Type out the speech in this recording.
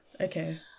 Okay